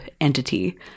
entity